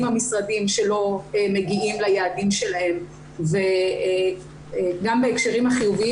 המשרדים שלא מגיעים ליעדים שלהם וגם בהקשרים החיוביים